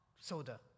soda